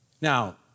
Now